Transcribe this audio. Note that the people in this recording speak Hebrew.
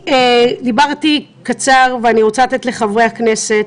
דיברתי בקצרה ואני רוצה לתת לחברי הכנסת.